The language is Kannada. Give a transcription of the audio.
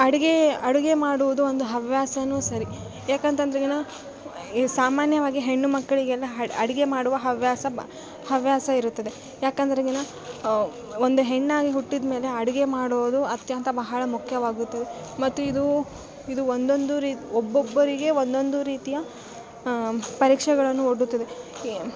ಅಡುಗೆ ಅಡುಗೆ ಮಾಡುವುದು ಒಂದು ಹವ್ಯಾಸ ಸರಿ ಯಾಕಂತಂದ್ರೆಗಿನ ಈ ಸಾಮಾನ್ಯವಾಗಿ ಹೆಣ್ಣು ಮಕ್ಕಳಿಗೆಲ್ಲ ಅಡ್ ಅಡುಗೆ ಮಾಡುವ ಹವ್ಯಾಸ ಬ ಹವ್ಯಾಸ ಇರುತ್ತದೆ ಯಾಕಂದ್ರೆಗಿನ ಒಂದು ಹೆಣ್ಣಾಗಿ ಹುಟ್ಟಿದಮೇಲೆ ಅಡುಗೆ ಮಾಡೋದು ಅತ್ಯಂತ ಬಹಳ ಮುಖ್ಯವಾಗುತ್ತದೆ ಮತ್ತು ಇದು ಇದು ಒಂದೊಂದು ರೀ ಒಬೊಬ್ಬರಿಗೆ ಒಂದೊಂದು ರೀತಿಯ ಪರೀಕ್ಷೆಗಳನ್ನು ಒಡ್ಡುತ್ತದೆ